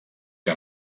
que